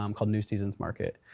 um called new season's market.